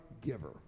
giver